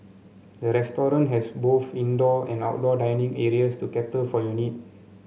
the restaurant has both indoor and outdoor dining areas to cater for your need